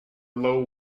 low